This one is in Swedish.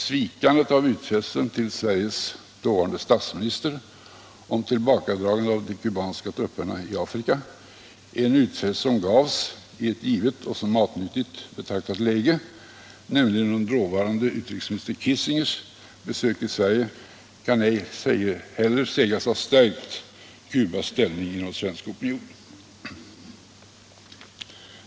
Svikandet av utfästelsen till Sveriges dåvarande statsminister om tillbakadragande av de kubanska trupperna i Afrika — en utfästelse som gavs i ett givet och som matnyttigt betraktat läge, nämligen under dåvarande utrikesminister Kissingers besök i Sverige — kan ej heller sägas ha stärkt Cubas ställning inom svensk opinion.